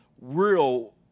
real